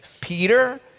Peter